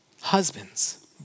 Husbands